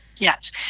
Yes